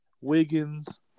Wiggins